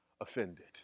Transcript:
offended